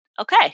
okay